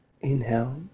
Inhale